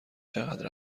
چقدر